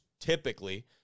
typically –